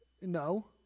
No